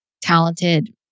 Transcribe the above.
talented